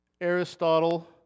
Aristotle